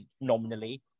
nominally